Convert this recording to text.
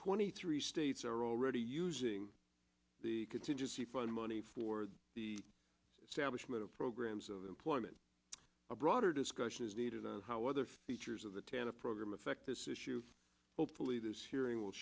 twenty three states are already using the contingency fund money for the sandwich made of programs of employment a broader discussion is needed and how other features of the tanah program affect this issue hopefully this hearing will